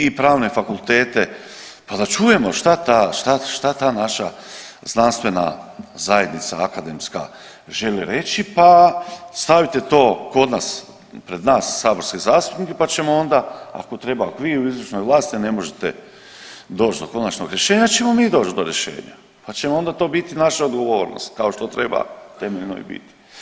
I pravne fakultete pa da čujemo šta ta naša znanstvena zajednica, akademska želi reći pa stavite to kod nas pred nas saborske zastupnike pa ćemo onda ako treba ak vi u izvršnoj vlasti ne možete doć do konačnog rješenja ćemo mi doć do rješenja, pa će onda to biti naša odgovornost kao što treba temeljno i biti.